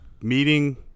meeting